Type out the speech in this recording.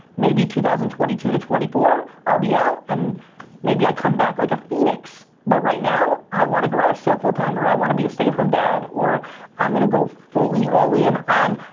maybe two thousand and twenty two to twenty four, i'll be out and maybe i come back like a phoenix but right now, i want to garage sale full time or i want to be a stay-at-home dad or i'm gonna go fully all in on,